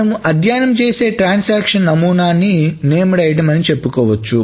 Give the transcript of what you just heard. మనం అధ్యయనం చేసే ట్రాన్సాక్షన్ నమూనాని నేమ్ డైట్టమ్స్ అని చెప్పుకోవచ్చు